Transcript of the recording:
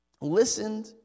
listened